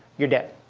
you're dead.